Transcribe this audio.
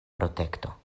protekto